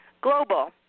global